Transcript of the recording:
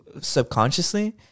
subconsciously